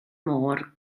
môr